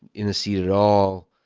in a seat at all.